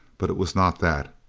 but it was not that.